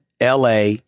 LA